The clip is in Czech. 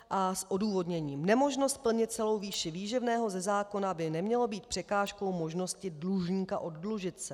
A s odůvodněním: Nemožnost plnit celou výši výživného ze zákona by neměla být překážkou možnosti dlužníka oddlužit se.